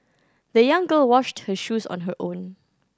the young girl washed her shoes on her own